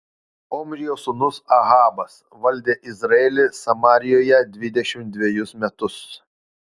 omrio sūnus ahabas valdė izraelį samarijoje dvidešimt dvejus metus